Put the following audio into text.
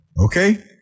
Okay